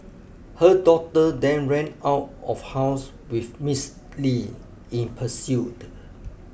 her daughter then ran out of house with Miss Li in pursuit